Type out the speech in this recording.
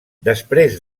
després